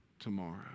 tomorrow